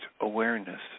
awareness